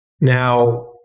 Now